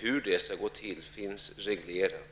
Hur det skall gå till är reglerat.